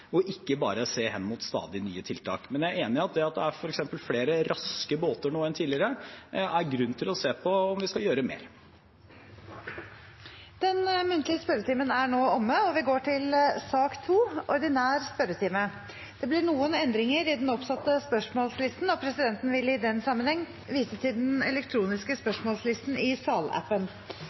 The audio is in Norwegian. og ikke bare se hen mot stadig nye tiltak. Men jeg er enig i at det at det f.eks. er flere raske båter nå enn tidligere, gir grunn til å se på om vi skal gjøre mer. Den muntlige spørretimen er nå omme. Det blir noen endringer i den oppsatte spørsmålslisten, og presidenten vil i den sammenheng vise til den elektroniske spørsmålslisten i salappen.